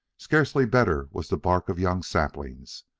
scarcely better was the bark of young saplings,